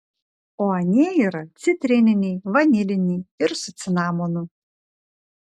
o anie yra citrininiai vaniliniai ir su cinamonu